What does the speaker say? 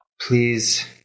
Please